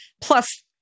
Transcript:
plus